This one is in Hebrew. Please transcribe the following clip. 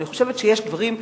אני חושבת שיש דברים,